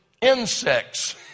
insects